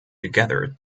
together